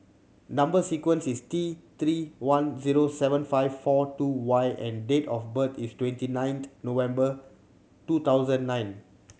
number sequence is T Three one zero seven five four two Y and date of birth is twenty ninth November two thousand nine